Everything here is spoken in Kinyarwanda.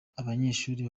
abanyeshuri